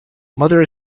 mother